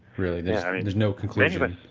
really, there is no conclusion?